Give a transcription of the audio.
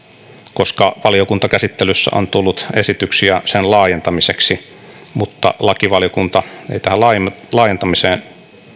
koska valiokuntakäsittelyssä on tullut esityksiä sen laajentamiseksi mutta lakivaliokunta ei tähän laajentamiseen